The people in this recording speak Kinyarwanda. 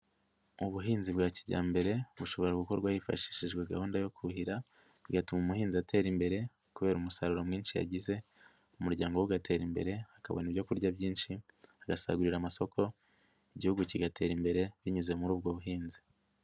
Ubuhinzi bwa kijyambere bushobora gukorwa hifashishijwe gahunda yo kuhira, bigatuma umuhinzi atera imbere kubera umusaruro mwinshi yagize, umuryango we ugatera imbere ukabona ibyo kurya byinshi, agasagurira amasoko igihugu kigatera imbere binyuze muri ubwo buhinzi.